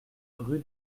rue